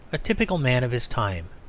a typical man of his time.